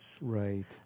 Right